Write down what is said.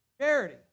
Charity